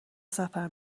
سفر